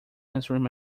answering